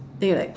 then you like